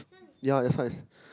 ya that's why